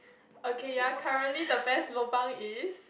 okay ya currently the best lobang is